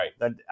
right